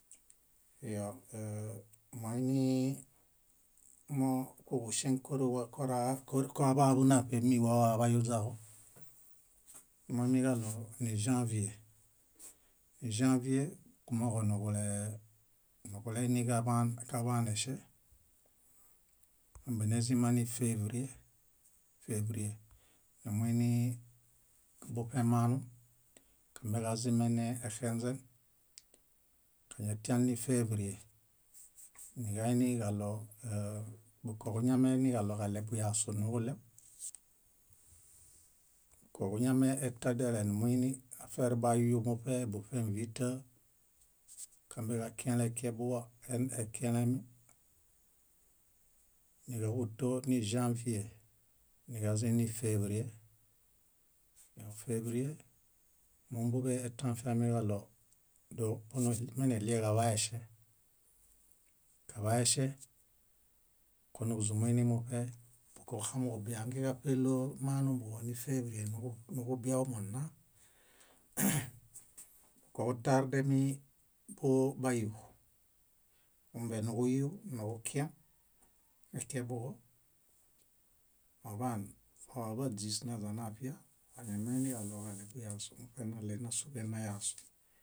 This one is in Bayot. Iyo moinimokuġuŝeŋ kóruwa kora koaḃaḃu náṗemi wawaḃayuźaġo. Momiġaɭo níĵãvie, níĵãvie kumooġo nuġule, núġule kaḃaneŝe. Nimbenezima nífevrie, nífevrie numuinibuṗemaanu kambeġazimenexenźen. Kañatian nífevrie, niġainiġaɭo boġuñameiniġaɭoġaɭebuyasunuġuɭew, koġuñameetadele numuiniafair bayu, búṗẽvita kambeġakiẽlekiembuġo e- e- ekiẽlemi, níġahutoniĵãvie níġazĩnifevrie. Ñófevrie, mumbuḃeetã afiamiġaɭo dóo meneɭieġaḃaeŝe, kaḃaeŝe konuźumbueinimuṗe bukokuxamiġubiangen káṗelo maanuḃuġo nuġubiawumo nna, koġutardemi bayu numbenuġuyu, nuġukiẽlekiembuġo oḃaan óḃaźis naźanavia, hanimoiniġaɭoġaɭeḃuyasu múṗenaɭenasuḃen naźanayasu.